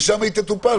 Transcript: ושם היא תטופל.